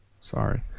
Sorry